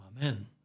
Amen